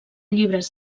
llibres